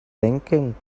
thinking